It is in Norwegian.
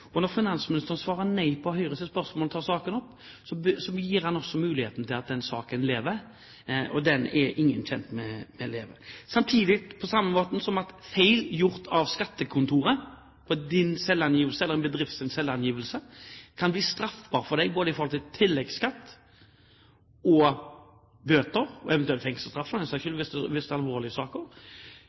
Når finansministeren svarer nei på Høyres spørsmål om å ta saken opp, gir han også muligheten til at denne saken lever videre, og det er ingen tjent med. På samme måten kan feil gjort av skattekontoret på din selvangivelse eller på din bedrifts selvangivelse bli straffbar for deg både med tanke på tilleggsskatt og bøter – og eventuelt fengselsstraff for den saks skyld, hvis det er alvorlige saker